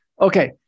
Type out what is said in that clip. Okay